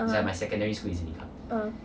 (uh huh) uh